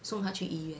送她去医院